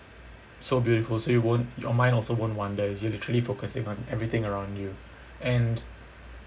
so beautiful so you won't your mind also won't wonder you're literally focusing on everything around you and